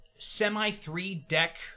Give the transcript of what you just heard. Semi-three-deck